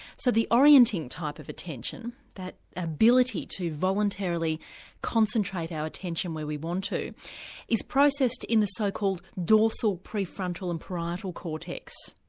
so the orienting type of attention that ability to voluntarily concentrate our attention where we want to is processed in the so-called dorsal prefrontal and parietal cortex.